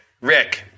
Rick